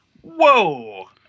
whoa